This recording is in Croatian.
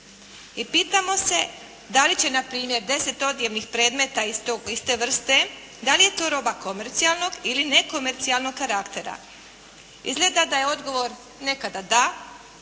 i pitamo se da li će na primjer 10 odjevnih predmeta iz te vrste da li je to roba komercijalnog ili nekomercijalnog karaktera. Izgleda da je odgovor nekada da,